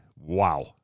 Wow